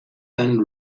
than